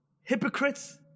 hypocrites